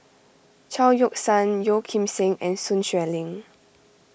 Chao Yoke San Yeo Kim Seng and Sun Xueling